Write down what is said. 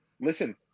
Listen –